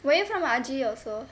were you from R_J also